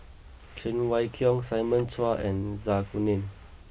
Cheng Wai Keung Simon Chua and Zai Kuning